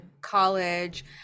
college